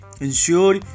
Ensure